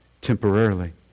temporarily